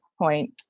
point